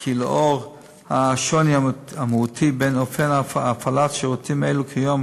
כי לנוכח השוני המהותי בין אופן הפעלת שירותים אלו כיום